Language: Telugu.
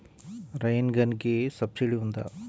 రైన్ గన్కి సబ్సిడీ ఉందా?